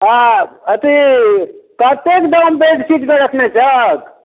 हँ अथी कतेक दाम बेड सेटके रखने छहक